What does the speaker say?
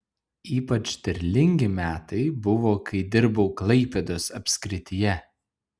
ypač derlingi metai buvo kai dirbau klaipėdos apskrityje